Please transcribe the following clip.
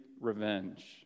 revenge